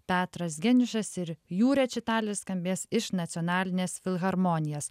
petras geniušas ir jų rečitalis skambės iš nacionalinės filharmonijos